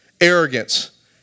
arrogance